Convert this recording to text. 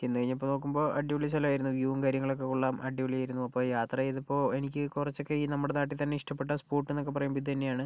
ചെന്ന് കഴിഞ്ഞപ്പോൾ നോക്കുമ്പോൾ അടിപൊളി സ്ഥലമായിരുന്നു വ്യൂവും കാര്യങ്ങളും ഒക്കെ കൊള്ളാം അടിപൊളിയായിരുന്നു അപ്പോൾ യാത്ര ചെയ്തപ്പോൾ എനിക്ക് കുറച്ച് നമ്മുടെ നാട്ടിൽ തന്നെ ഇഷ്ടപ്പെട്ട സ്പോട്ട് എന്നൊക്കെ പറയുമ്പോൾ ഇതു തന്നെയാണ്